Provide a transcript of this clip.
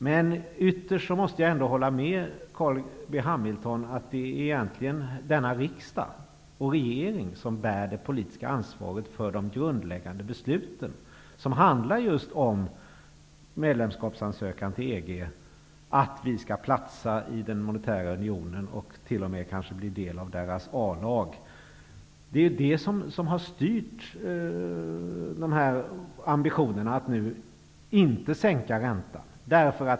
Men ytterst måste jag ändå hålla med Carl B Hamilton om att det egentligen är denna riksdag och regering som bär det politiska ansvaret för de grundläggande besluten som just handlar om medlemskapsansökan till EG, att Sverige skall platsa i den monetära unionen och t.o.m. kanske bli en del av dess a-lag. Det är detta som har styrt ambitionerna att nu inte sänka räntan.